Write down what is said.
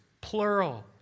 plural